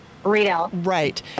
Right